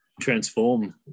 transform